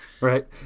right